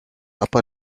upper